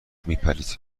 میپرید